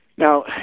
Now